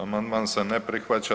Amandman se ne prihvaća.